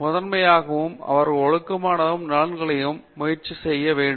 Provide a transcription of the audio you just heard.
முதன்மையாகவும் மற்றும் ஒழுக்கமான நலன்களை முயற்சி செய்ய வேண்டும்